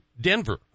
Denver